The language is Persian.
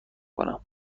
کنم